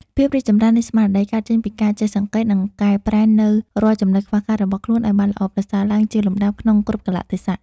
ភាពរីកចម្រើននៃស្មារតីកើតចេញពីការចេះសង្កេត និងកែប្រែនូវរាល់ចំណុចខ្វះខាតរបស់ខ្លួនឱ្យបានល្អប្រសើរឡើងជាលំដាប់ក្នុងគ្រប់កាលៈទេសៈ។